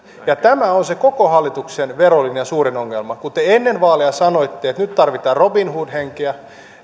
ja tämä on se koko hallituksen verolinjan suurin ongelma kun te ennen vaaleja sanoitte että nyt tarvitaan robinhood henkeä